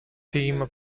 team